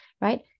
right